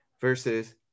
versus